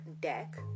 deck